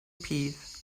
peace